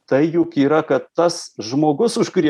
tai juk yra kad tas žmogus už kurį